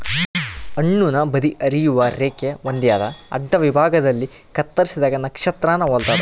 ಹಣ್ಣುನ ಬದಿ ಹರಿಯುವ ರೇಖೆ ಹೊಂದ್ಯಾದ ಅಡ್ಡವಿಭಾಗದಲ್ಲಿ ಕತ್ತರಿಸಿದಾಗ ನಕ್ಷತ್ರಾನ ಹೊಲ್ತದ